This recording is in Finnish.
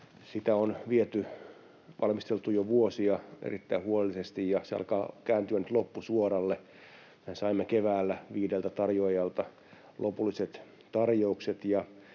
Sitä on valmisteltu jo vuosia erittäin huolellisesti, ja se alkaa kääntyä nyt loppusuoralle. Saimme keväällä viideltä tarjoajalta lopulliset tarjoukset,